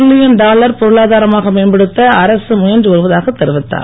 ரில்லியன் dollar பொருளாதாரமாக மேம்படுத்த அரசு முயன்று வருவதாகத் தெரிவித்தார்